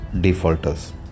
defaulters